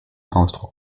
ausdruck